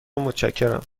متشکرم